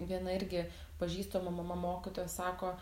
viena irgi pažįstama mama mokytoja sako